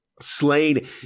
Slain